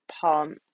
palm